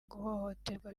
guhohoterwa